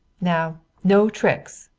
now no tricks!